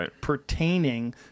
pertaining